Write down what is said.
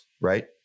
right